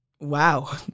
Wow